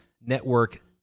Network